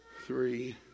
Three